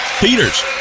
Peters